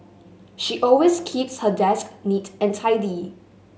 she always keeps her desk neat and tidy